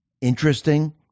interesting